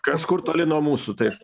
kažkur toli nuo mūsų taip